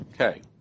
Okay